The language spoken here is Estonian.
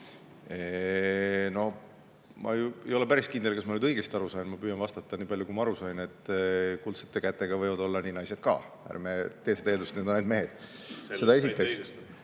ma ei ole päris kindel, kas ma nüüd õigesti aru sain. Ma püüan vastata nii palju, kui ma aru sain. Kuldsete kätega võivad olla naised ka. Ärme tee seda eeldust, et need on ainult mehed. Seda esiteks.